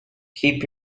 keep